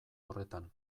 horretan